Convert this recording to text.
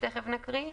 שתיכף נקריא,